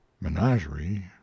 menagerie